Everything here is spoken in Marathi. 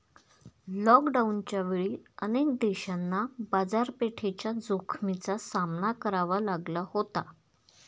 लॉकडाऊनच्या वेळी अनेक देशांना बाजारपेठेच्या जोखमीचा सामना करावा लागला होता